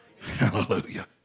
Hallelujah